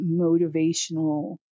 motivational